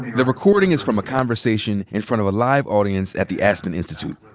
the recording is from a conversation in front of a live audience at the aspen institute,